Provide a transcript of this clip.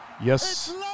Yes